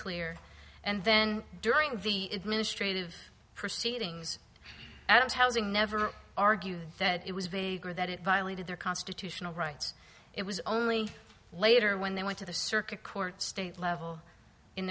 clear and then during the ministry of proceedings adams housing never argued that it was vague or that it violated their constitutional rights it was only later when they went to the circuit court state level in